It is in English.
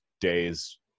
days